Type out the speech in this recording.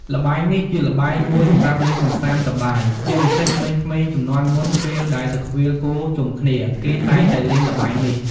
ល្បែងនេះជាល្បែងមួយសម្រាប់លេងកម្សាន្តសប្បាយ ជាពិសេសក្មេងៗជំនាន់មុនពេលដែលទៅឃ្វាលគោជុំគ្នា គេតែងតែលេងល្បែងនេះ។